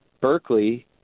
Berkeley